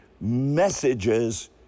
messages